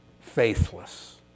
faithless